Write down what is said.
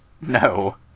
No